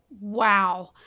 Wow